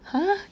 !huh!